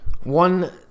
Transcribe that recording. One